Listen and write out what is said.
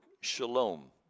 shalom